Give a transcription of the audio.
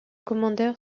commandeur